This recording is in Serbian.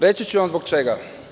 Reći ću vam zbog čega.